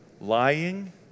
Lying